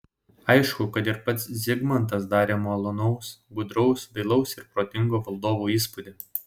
aišku kad ir pats zigmantas darė malonaus gudraus dailaus ir protingo valdovo įspūdį